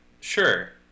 Sure